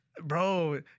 Bro